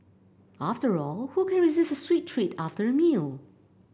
after all who can resist a sweet treat after a meal